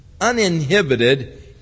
uninhibited